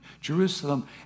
Jerusalem